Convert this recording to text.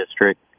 district